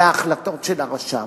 על ההחלטות של הרשם.